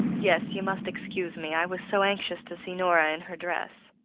yes, you must excuse me i was so anxious to see nora in her dress.